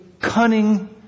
cunning